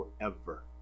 forever